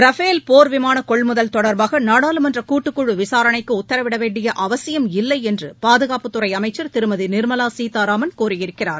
Rafale போா்விமான கொள்முதல் தொடா்பாக நாடாளுமன்ற கூட்டுக்குழு விசாரணைக்கு உத்தரவிட வேண்டிய அவசியமில்லை என்று பாதுகாப்புத் துறை அமைச்ச் திருமதி நிா்மவா சீதாராமன் கூறியிருக்கிறார்